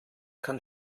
kann